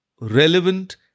relevant